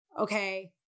okay